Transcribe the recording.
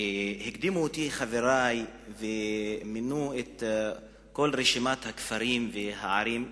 הקדימו אותי חברי ומנו את כל רשימת הכפרים והערים,